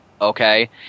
okay